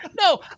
no